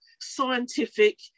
scientific